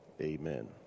amen